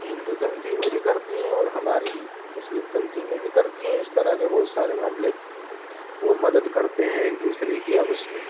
ہندو تنظیمیں بھی کرتی ہیں اور ہماری مسلم تنظیمیںن بھی کرتی ہیں اس طرح کے بہت سارے معاملے وہ مدد کرتے ہیں ایک دوسرے کی آپس میں